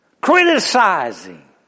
Criticizing